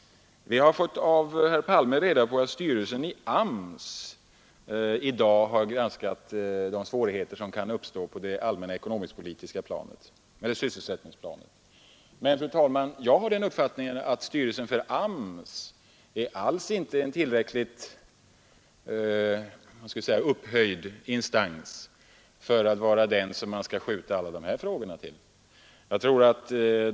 Vi har av herr Palme fått reda på att styrelsen i AMS i dag har granskat de svårigheter som kan uppstå på sysselsättningsplanet. Men, fru talman, jag har den uppfattningen att styrelsen för AMS alls inte är den utomordentligt upphöjda instans till vilken man skall hänskjuta alla dessa frågor.